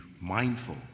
mindful